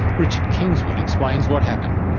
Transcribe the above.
richard kingswood explains what happened,